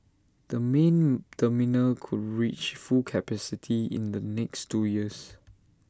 the main terminal could reach full capacity in the next two years